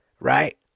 right